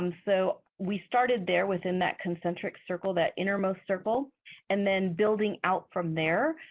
um so we started there within that concentric circle, that innermost circle and then building out from there,